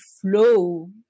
flow